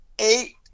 eight